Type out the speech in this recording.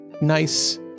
nice